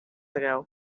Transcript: ago